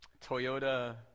Toyota